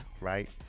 right